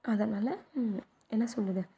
அதனால் என்ன சொல்வது